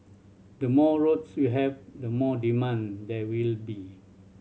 the more roads you have the more demand there will be